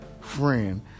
friend